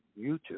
YouTube